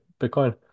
Bitcoin